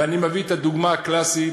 ואני מביא את הדוגמה הקלאסית,